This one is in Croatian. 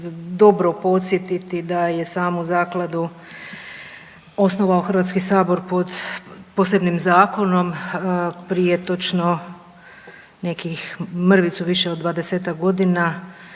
dobro podsjetiti da je samu zakladu osnovao HS pod posebnim zakonom prije točno nekih mrvicu više od 20-ak godina